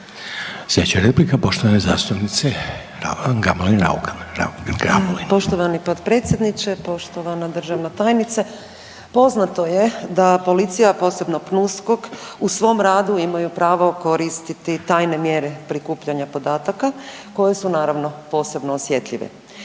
Raukar-Gamulin. **Raukar-Gamulin, Urša (Možemo!)** Poštovani potpredsjedniče, poštovana državna tajnice. Poznato je da policija, posebno PNUSKOK u svom radu imaju pravo koristiti tajne mjere prikupljanja podataka koje su naravno posebno osjetljive.